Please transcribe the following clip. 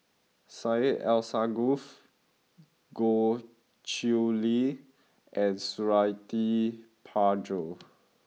Syed Alsagoff Goh Chiew Lye and Suradi Parjo